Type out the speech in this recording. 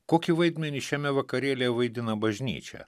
kokį vaidmenį šiame vakarėlyje vaidina bažnyčia